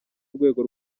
rwego